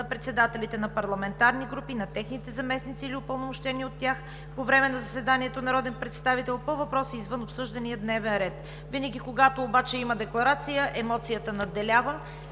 на председателите на парламентарни групи, на техните заместници или упълномощен от тях по време на заседанието народен представител по въпроси извън обсъждания дневен ред“. Винаги обаче, когато има декларация, емоцията надделява.